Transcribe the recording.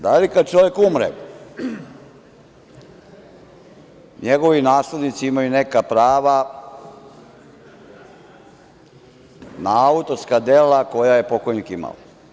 Da li, kada čovek umre, njegovi naslednici imaju neka prava na autorska dela koja je pokojnik imao?